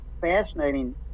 fascinating